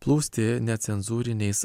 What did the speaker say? plūsti necenzūriniais